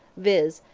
viz,